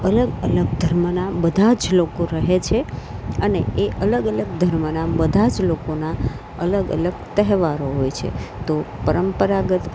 અલગ અલગ ધર્મનાં બધા જ લોકો રહે છે અને એ અલગ અલગ ધર્મનાં બધા જ લોકોના અલગ અલગ તહેવારો હોય છે તો પરંપરાગત